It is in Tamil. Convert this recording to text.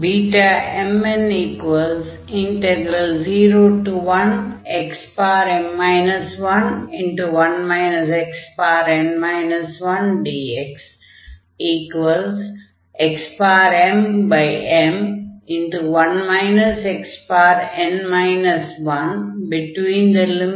Bmn01xm 11 xn 1dx xmm1 xn 10101xmmn 11 xn 2dx